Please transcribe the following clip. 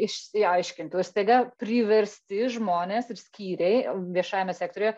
išsiaiškintų ir staiga priversti žmones ir skyriai viešajame sektoriuje